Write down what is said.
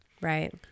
Right